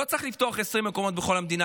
לא צריך לפתוח 20 מקומות בכל המדינה,